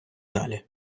далі